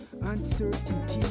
uncertainty